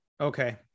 okay